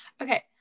Okay